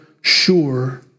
sure